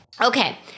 Okay